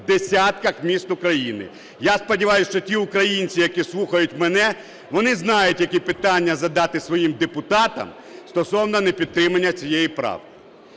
в десятках міст України. Я сподіваюся, що ті українці, які слухають мене, вони знають, які питання задати своїм депутатам стосовно непідтримання цієї правки.